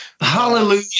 Hallelujah